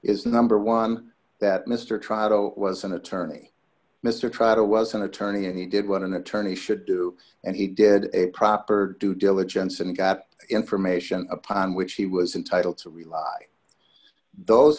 is number one that mister trial was an attorney mister trotter was an attorney and he did what an attorney should do and he did a proper due diligence and got information upon which he was entitled to realize those